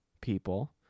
people